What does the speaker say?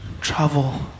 travel